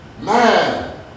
man